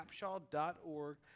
capshaw.org